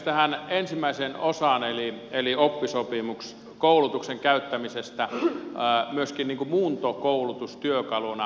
tähän ensimmäiseen osaan eli oppisopimuskoulutuksen käyttämiseen myöskin muuntokoulutustyökaluna